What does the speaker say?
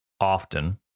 often